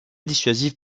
dissuasive